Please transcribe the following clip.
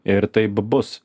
ir taip bus